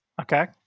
Okay